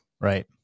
Right